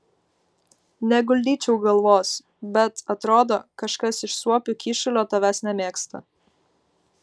neguldyčiau galvos bet atrodo kažkas iš suopių kyšulio tavęs nemėgsta